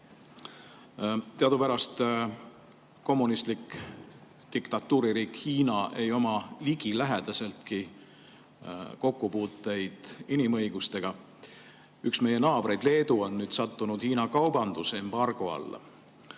Teadupärast kommunistlik diktatuuririik Hiina ei oma ligilähedaseltki kokkupuuteid inimõigustega. Üks meie naabreid, Leedu, on sattunud Hiina kaubandusembargo alla.